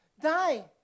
die